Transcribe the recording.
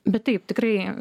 bet taip tikrai